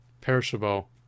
perishable